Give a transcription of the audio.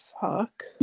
fuck